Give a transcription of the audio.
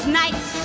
nights